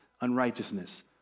unrighteousness